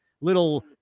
little